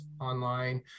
online